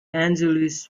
angelis